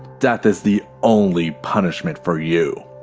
death is the only punishment for you.